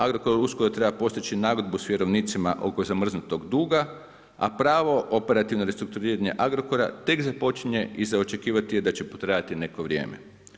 Agrokor uskoro treba postići nagodbu s vjerovnicima oko zamrznutog duga, a pravo operativnog restrukturiranja Agrokora tek započinje i za očekivati je da će potrajati neko vrijeme.